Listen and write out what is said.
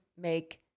make